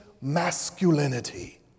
masculinity